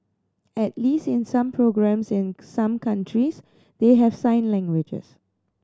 at least in some programmes in some countries they have sign languages